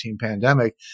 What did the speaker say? pandemic